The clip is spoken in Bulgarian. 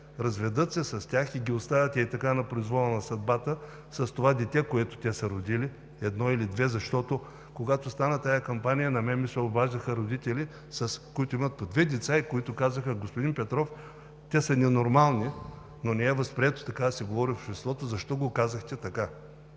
разведат се с тях и ги оставят, ей така, на произвола на съдбата с това дете, което са родили – едно или две. Когато стана тази кампания, на мен ми се обаждаха родители, които имат по две деца и които казаха: „Господин Петров, те са ненормални, но не е възприето така да се говори в обществото. Защо го казахте така?“